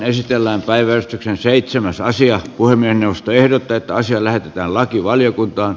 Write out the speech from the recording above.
puhemiesneuvosto ehdottaa että asia lähetetään lakivaliokuntaan